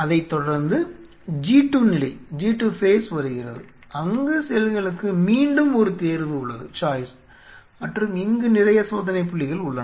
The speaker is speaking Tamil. அதைத் தொடர்ந்து G2 நிலை வருகிறது அங்கு செல்களுக்கு மீண்டும் ஒரு தேர்வு உள்ளது மற்றும் இங்கு நிறைய சோதனைபுள்ளிகள் உள்ளன